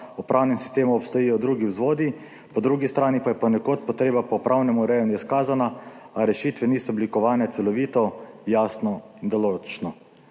v pravnem sistemu obstojijo drugi vzvodi. Po drugi strani pa je ponekod potreba po pravnem urejanju izkazana, a rešitve niso oblikovane celovito, jasno in določno.«